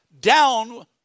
Down